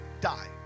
die